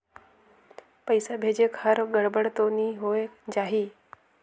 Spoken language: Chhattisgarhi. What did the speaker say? पइसा भेजेक हर गड़बड़ तो नि होए जाही?